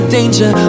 Danger